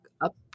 up